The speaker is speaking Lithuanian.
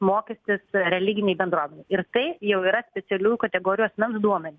mokestis religinei bendruomenei ir tai jau yra specialių kategorijų asmens duomenys